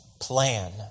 plan